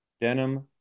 Denim